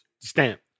Stamp